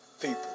People